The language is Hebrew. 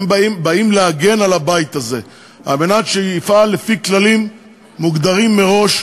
הם באים להגן על הבית הזה על מנת שיפעל לפי כללים מוגדרים מראש,